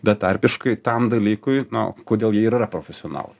betarpiškai tam dalykui na kodėl jie ir yra profesionalai